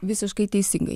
visiškai teisingai